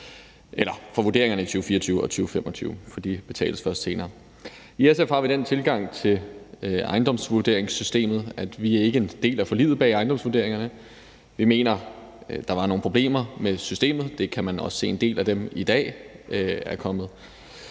for vurderingerne i 2024 og 2025, for de betales først senere. I SF har vi den tilgang til ejendomsvurderingssystemet, at vi ikke er en del af forliget bag ejendomsvurderingerne. Vi mener, at der var nogle problemer med systemet, og man kan også se, at en del af dem i dag er blevet